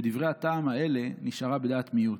בדברי הטעם האלה, נשארה בדעת מיעוט.